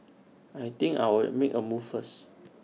I think I'll make A move first